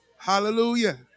Hallelujah